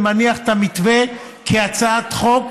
ומניח את המתווה כהצעת חוק,